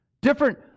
different